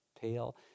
tail